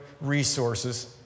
resources